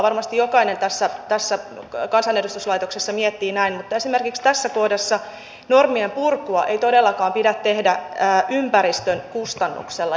varmasti jokainen tässä kansanedustuslaitoksessa miettii näin mutta esimerkiksi tässä kohdassa normien purkua ei todellakaan pidä tehdä ympäristön kustannuksella